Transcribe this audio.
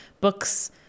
books